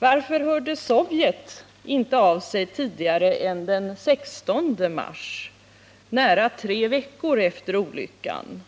Varför hörde Sovjet inte av sig tidigare än den 16 mars — nära tre veckor efter olyckan?